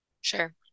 Sure